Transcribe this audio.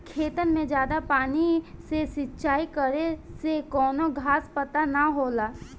खेतन मे जादा पानी से सिंचाई करे से कवनो घास पात ना होला